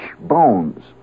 bones